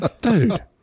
dude